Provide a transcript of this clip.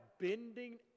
bending